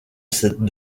cette